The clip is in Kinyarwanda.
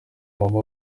mama